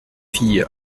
filles